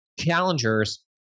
Challengers